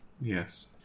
Yes